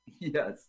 Yes